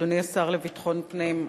אדוני השר לביטחון פנים,